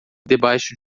debaixo